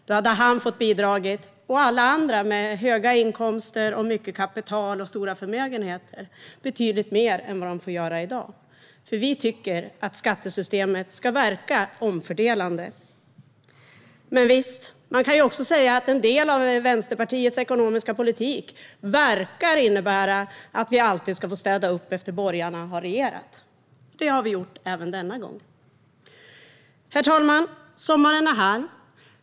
Då hade han och alla andra med höga inkomster, mycket kapital och stora förmögenheter fått bidra betydligt mer än de får i dag. Vi tycker att skattesystemet ska verka omfördelande. Visst, man kan också säga att en del av Vänsterpartiets ekonomiska politik verkar innebära att vi alltid får städa upp efter det att borgarna har regerat. Det har vi gjort även denna gång. Herr talman! Sommaren är här.